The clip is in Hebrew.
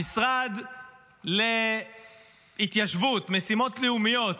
המשרד להתיישבות, משימות לאומיות,